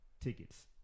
tickets